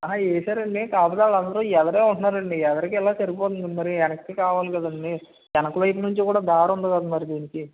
అహ వేశారండి కాకపోతే వాళ్ళందరూ ఎదర ఉంటున్నారండి ఎదరికీ ఎలా సరిపోతుందో మరి వెనక్కి కావాలి కదండీ వెనక వైపు నుంచి కూడా దారి ఉంది కదా మరి దీనికి